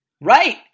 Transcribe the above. Right